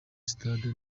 sitade